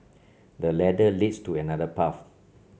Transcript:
the ladder leads to another path